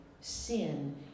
sin